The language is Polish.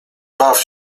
baw